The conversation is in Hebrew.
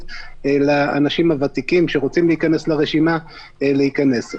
לאנשים הוותיקים שרוצים להיכנס לרשימה להיכנס.